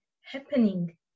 happening